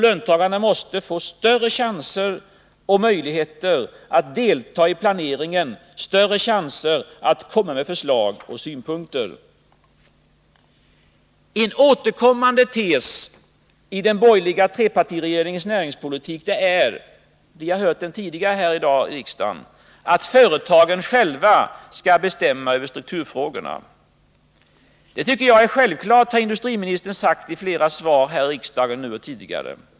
Löntagarna måste få större chanser och möjligheter att delta i planeringen, större chanser att komma med förslag och synpunkter. En återkommande tes i den borgerliga trepartiregeringens näringspolitik — vi har hört den tidigare i dag här i riksdagen — är att företagen själva skall bestämma över strukturfrågorna. Det tycker jag är självklart, har industriministern sagt i flera svar här i riksdagen.